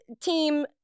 team